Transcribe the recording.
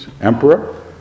emperor